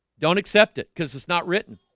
don't accept it cause it's not written